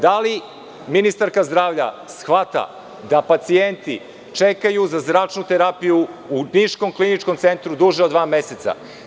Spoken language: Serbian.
Da li ministarka zdravlja shvata da pacijenti čekaju za zračnu terapiju u niškom Kliničkom centru duže od dva meseca?